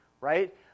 right